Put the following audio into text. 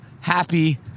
happy